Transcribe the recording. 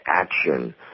action